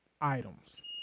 items